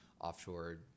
offshore